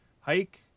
Hike